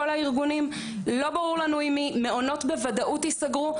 כל הארגונים לא ברור לנו אם מעונות בוודאות ייסגרו,